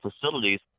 facilities